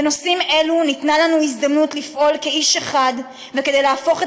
בנושאים אלו ניתנה לנו הזדמנות לפעול כאיש אחד כדי להפוך את